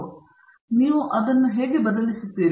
ಮತ್ತು ನೀವು ಅವರನ್ನು ಹೇಗೆ ಬದಲಿಸುತ್ತೀರಿ